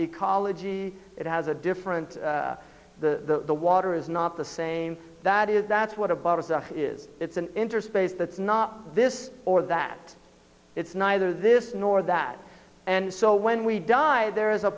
ecology it has a different the the water is not the same that is that's what a bottle is it's an interstate that's not this or that it's neither this nor that and so when we die there is a